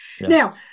Now